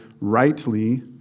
rightly